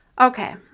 Okay